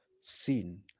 sin